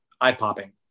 eye-popping